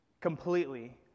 completely